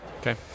Okay